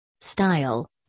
Style